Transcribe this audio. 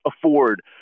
afford